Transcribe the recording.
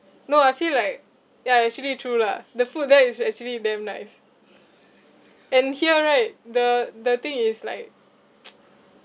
no I feel like ya actually true lah the food there is actually damn nice and here right the the thing is like